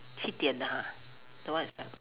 七点 ha the one at seven o-clock